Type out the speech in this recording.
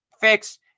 fix